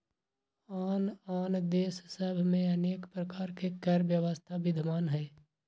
आन आन देश सभ में अनेक प्रकार के कर व्यवस्था विद्यमान हइ